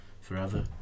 forever